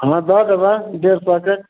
ओना दऽ देबनि डेढ़ सए के